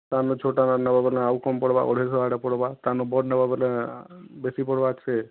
ଆମେ ଛୋଟା ବାଲା ନବା ବୋଲେ ଆଉ କମ୍ ପଡ଼୍ବା ଅଢ଼େଇଶହ ହେଟା ପଡ଼ବା ତାନୁ ବଡ଼ ନେବ ବୋଲେ ବେଶୀ ପଡ଼୍ବା ସେ